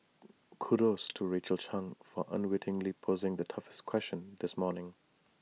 kudos to Rachel chang for unwittingly posing the toughest question this morning